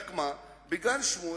רק מה, בגן-שמואל